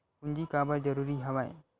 पूंजी काबर जरूरी हवय?